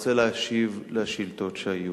אני רוצה להשיב על שאילתות שהיו.